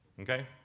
Okay